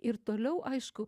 ir toliau aišku